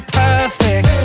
perfect